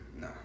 no